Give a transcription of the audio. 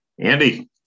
Andy